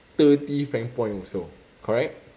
thirty frank point also correct